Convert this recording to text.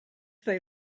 they